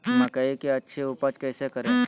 मकई की अच्छी उपज कैसे करे?